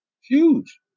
Huge